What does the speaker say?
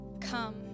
come